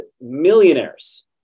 millionaires